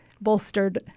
bolstered